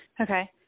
Okay